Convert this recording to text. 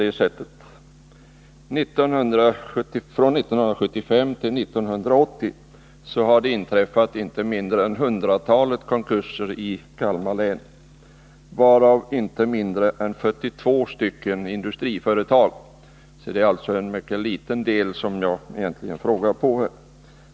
Från 1975 till 1978 har det inträffat inte mindre än hundratalet konkurser i Kalmar län, varav så många som 42 gäller industriföretag. Det är alltså en mycket liten del som jag frågar om.